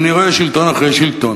אני רואה שלטון אחרי שלטון